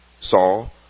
Saul